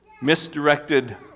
Misdirected